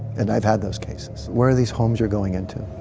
and i've had those cases. where are these homes you're going into?